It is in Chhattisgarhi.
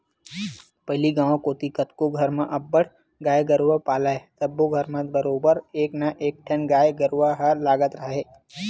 पहिली गांव कोती कतको घर म अब्बड़ गाय गरूवा पालय सब्बो घर म बरोबर एक ना एकठन गाय गरुवा ह लगते राहय